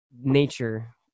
nature